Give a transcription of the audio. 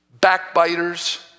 backbiters